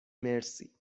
مرسی